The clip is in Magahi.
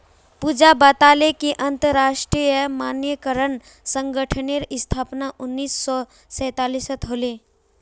पूजा बताले कि अंतरराष्ट्रीय मानकीकरण संगठनेर स्थापना उन्नीस सौ सैतालीसत होले